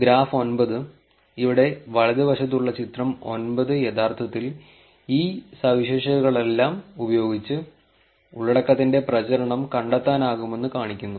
graph 9 ഇവിടെ വലതുവശത്തുള്ള ചിത്രം 9 യഥാർത്ഥത്തിൽ ഈ സവിശേഷതകളെല്ലാം ഉപയോഗിച്ച് ഉള്ളടക്കത്തിന്റെ പ്രചരണം കണ്ടെത്താനാകുമെന്ന് കാണിക്കുന്നു